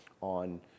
on